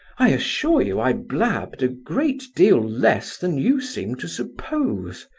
i assure you i blabbed a great deal less than you seem to suppose,